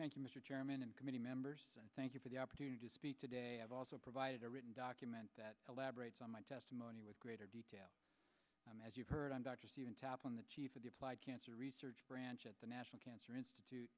chairman and committee members thank you for the opportunity to speak today i've also provided a written document that elaborates on my testimony with greater detail and as you've heard i'm dr stephen tap on the chief of the applied cancer research branch at the national cancer institute